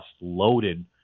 loaded